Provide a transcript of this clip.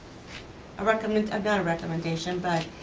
a recommend, um not a recommendation, but